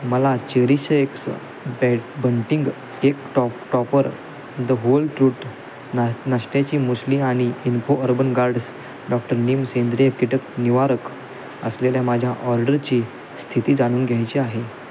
मला CherishX bat bunting cake top topper the whole truth ना नाश्त्याची मुसली आणि इन्फो अर्बन र्ड्स डॉक्टर नीम सेंद्रिय किटक निवारक असलेल्या माझ्या ऑर्डरची स्थिती जाणून घ्यायची आहे